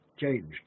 changed